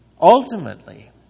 ultimately